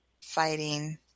fighting